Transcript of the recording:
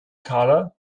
karla